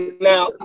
now